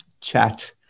chat